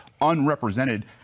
unrepresented